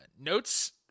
Notes